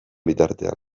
bitartean